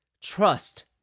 trust